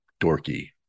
dorky